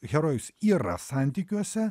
herojus yra santykiuose